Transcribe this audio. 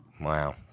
Wow